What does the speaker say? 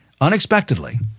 Unexpectedly